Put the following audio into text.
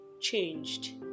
changed